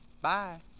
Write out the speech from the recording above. Bye